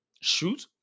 Shoot